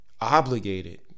obligated